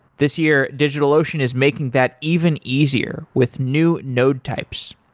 this year, digitalocean is making that even easier with new node types.